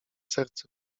serce